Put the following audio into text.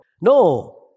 no